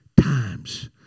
times